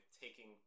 taking